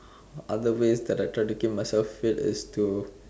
other ways that I try to keep myself fit is to